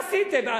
מה עשיתם?